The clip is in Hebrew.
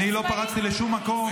אני לא פרצתי לשום מקום.